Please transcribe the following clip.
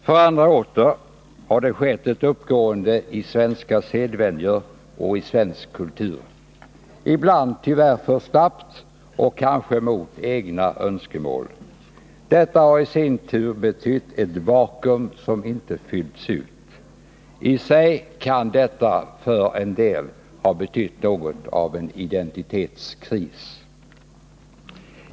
För andra åter har det skett ett uppgående i svenska sedvänjor och i svensk kultur —- ibland tyvärr för snabbt och kanske mot egna önskemål. Detta har i sin tur betytt ett vakuum som inte fylits ut. I sig kan det för en del ha betytt en identitetskris.